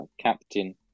captain